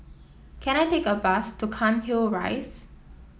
can I take a bus to Cairnhill Rise